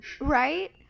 Right